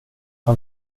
han